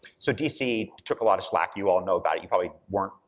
so dc took a lot of slack, you all know about it. you probably weren't,